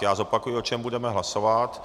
Já zopakuji, o čem budeme hlasovat.